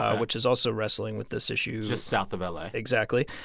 ah which is also wrestling with this issue just south of ah la exactly.